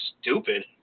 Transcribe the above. stupid